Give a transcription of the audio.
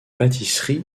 pâtisseries